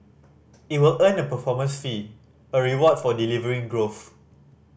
it will earn a performance fee a reward for delivering growth